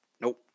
Nope